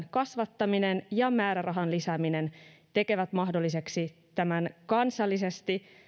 kasvattaminen ja määrärahan lisääminen tekevät mahdolliseksi tämän kansallisesti